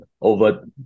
over